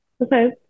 Okay